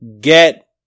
get